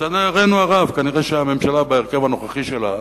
ולצערנו הרב, כנראה הממשלה בהרכב הנוכחי שלה